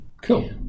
cool